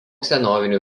senovinių